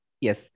yes